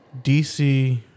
DC